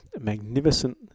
magnificent